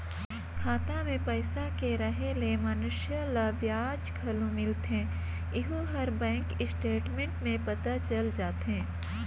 खाता मे पइसा के रहें ले मइनसे ल बियाज घलो मिलथें येहू हर बेंक स्टेटमेंट में पता चल जाथे